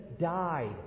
died